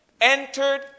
entered